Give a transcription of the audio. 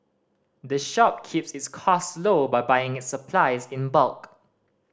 the shop keeps its costs low by buying its supplies in bulk